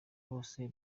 bose